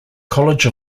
college